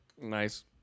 Nice